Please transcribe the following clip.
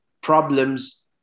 problems